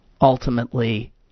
Ultimately